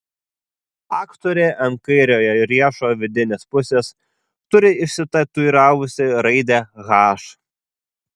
aktorė ant kairiojo riešo vidinės pusės turi išsitatuiravusi raidę h